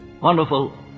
wonderful